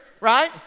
right